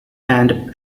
and